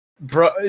bro